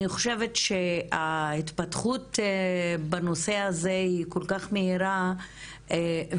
אני חושבת שההתפתחות בנושא הזה היא כל כך מהירה ומדאיגה,